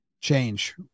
change